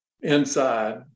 inside